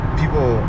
people